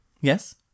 Yes